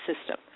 system